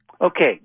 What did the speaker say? Okay